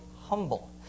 humble